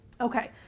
okay